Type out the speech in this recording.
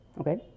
Okay